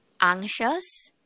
anxious